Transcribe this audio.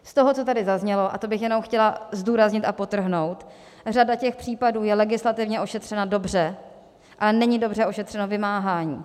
Z toho, co tady zaznělo a to bych jenom chtěla zdůraznit a podtrhnout řada těch případů je legislativně ošetřena dobře, ale není dobře ošetřeno vymáhání.